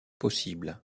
possibles